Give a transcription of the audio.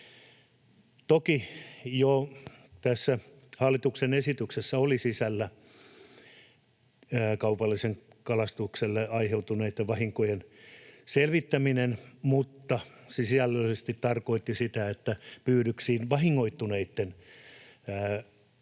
Toki jo tässä hallituksen esityksessä oli sisällä kaupalliselle kalastukselle aiheutuneiden vahinkojen selvittäminen, mutta se sisällöllisesti tarkoitti sitä, että pyydyksiin vahingoittuneitten osalta